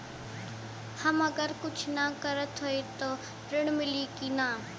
हम अगर कुछ न करत हई त ऋण मिली कि ना?